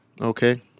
Okay